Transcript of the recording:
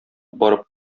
барып